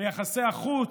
ביחסי החוץ,